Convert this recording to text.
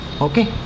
Okay